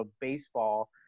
baseball